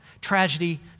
Tragedy